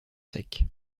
sec